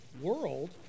world